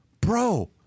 bro